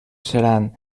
seran